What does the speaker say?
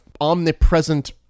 omnipresent